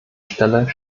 stelle